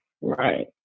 right